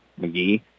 McGee